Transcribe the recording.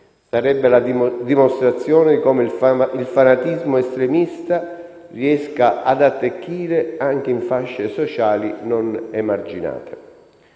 Sarebbe la dimostrazione di come il fanatismo estremista riesca ad attecchire anche in fasce sociali non emarginate.